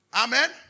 Amen